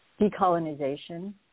decolonization